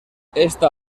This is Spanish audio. esta